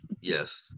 yes